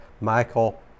Michael